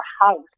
house